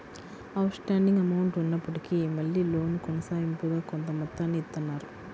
out standing amount ఉన్నప్పటికీ మళ్ళీ loan కొనసాగింపుగా కొంత మొత్తాన్ని ఇత్తన్నారు